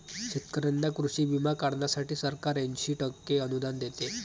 शेतकऱ्यांना कृषी विमा काढण्यासाठी सरकार ऐंशी टक्के अनुदान देते